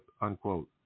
unquote